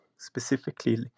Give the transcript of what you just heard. specifically